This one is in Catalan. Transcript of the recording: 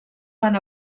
fan